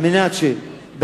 על מנת שבעתיד,